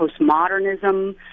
postmodernism